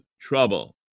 trouble